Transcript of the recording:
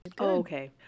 Okay